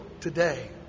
today